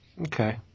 Okay